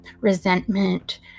resentment